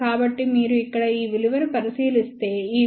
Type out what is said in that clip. కాబట్టి మీరు ఇక్కడ ఈ విలువను పరిశీలిస్తే ఈ విలువ సుమారు 0